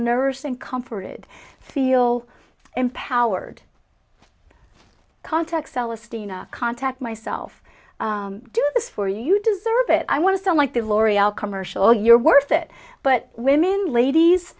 nursing comforted feel empowered contact seles stina contact myself do this for you deserve it i want to sound like the l'oreal commercial you're worth it but women ladies